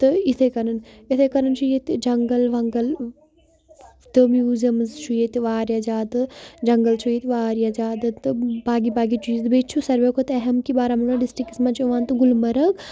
تہٕ اِتھَے کٕنۍ اِتھَے کٕنۍ چھُ ییٚتہِ جنٛگَل وَنٛگَل تہٕ میوٗزیَمٕز چھُ ییٚتہِ واریاہ زیادٕ جنٛگَل چھُ ییٚتہِ واریاہ زیادٕ تہٕ باقی باقی چیٖز بیٚیہِ چھُ ساروِیو کھۄتہٕ اہم کہِ بارہمولہ ڈِسٹِرٛکَس منٛز چھُ یِوان تہٕ گُلمرگ